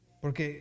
Porque